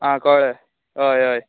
आं कळलें होय होय